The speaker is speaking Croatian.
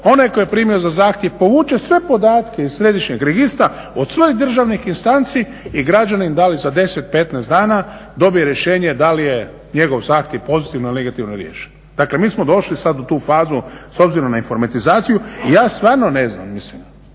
On tko je primio zahtjev povuče sve podatke iz središnjeg registra od svih državnih instanci i građanin da li za 10, 15 dana dobije rješenje da li je njegov zahtjev pozitivno ili negativno riješen. Dakle, mi smo došli sad u tu fazu s obzirom na informatizaciju. I ja stvarno ne znam, mislim